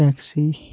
taxi